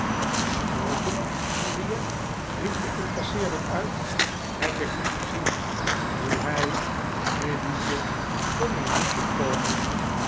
gesproken henriette riep de incasseerder uit heb ik niet gezien hoe hij lillyvick kon er niet